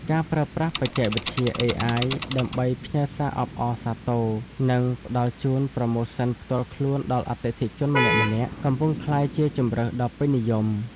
ការប្រើប្រាស់បច្ចេកវិទ្យា AI ដើម្បីផ្ញើសារអបអរសាទរ និងផ្តល់ជូនប្រូម៉ូសិនផ្ទាល់ខ្លួនដល់អតិថិជនម្នាក់ៗ កំពុងក្លាយជាជម្រើសដ៏ពេញនិយម។